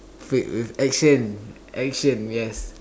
filled with action action yes